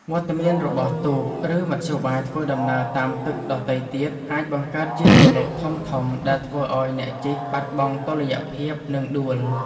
វត្តមានរបស់ទូក ឬមធ្យោបាយធ្វើដំណើរតាមទឹកដទៃទៀត អាចបង្កើតជារលកធំៗដែលធ្វើឱ្យអ្នកជិះបាត់បង់តុល្យភាព និងដួល។